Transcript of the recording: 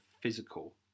physical